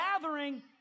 gathering